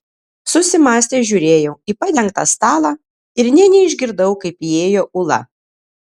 susimąstęs žiūrėjau į padengtą stalą ir nė neišgirdau kaip įėjo ula